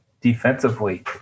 Defensively